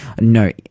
no